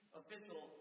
official